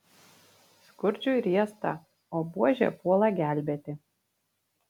skurdžiui riesta o buožė puola gelbėti